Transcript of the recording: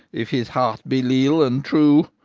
if his heart be leal and true.